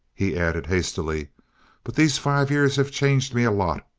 he added hastily but these five years have changed me a lot.